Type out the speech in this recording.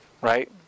Right